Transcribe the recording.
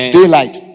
Daylight